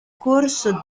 corso